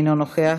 אינו נוכח,